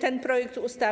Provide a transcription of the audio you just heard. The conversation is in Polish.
ten projekt ustawy.